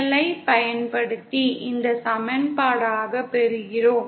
KCL ஐப் பயன்படுத்தி இந்த சமன்பாடாகப் பெறுகிறோம்